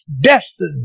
destined